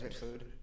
food